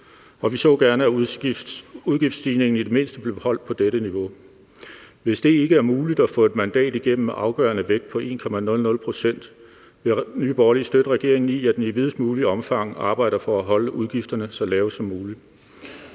vi så gerne, at udgiftsstigningen i det mindste blev holdt på dette niveau. Hvis det ikke er muligt at få et mandat igennem med afgørende vægt på 1,00 pct., vil Nye Borgerlige støtte regeringen i, at den i videst muligt omfang arbejder for at holde udgifterne så lave som muligt.